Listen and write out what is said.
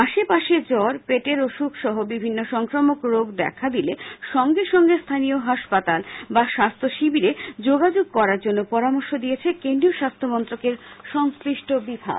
আশেপাশে জ্বর পেটের অসুখ সহ বিভিন্ন সংক্রামক রোগ দেখা দিলে সঙ্গে সঙ্গে স্হানীয় হাসপাতাল বা স্বাস্হ্য শিবিরে যোগাযোগ করার জন্য পরামর্শ দিয়েছে কেন্দ্রীয় স্বাস্থ্যমন্ত্রকের সংশ্লিষ্ট বিভাগ